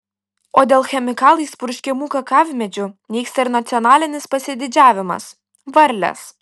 o dėl chemikalais purškiamų kakavmedžių nyksta ir nacionalinis pasididžiavimas varlės